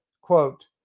quote